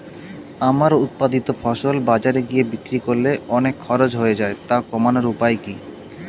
আমার উৎপাদিত ফসল বাজারে গিয়ে বিক্রি করলে অনেক খরচ হয়ে যায় তা কমানোর উপায় কি?